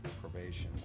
Probation